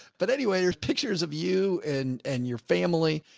but anyway, there's pictures of you and and your family.